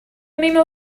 memo